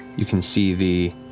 you can see the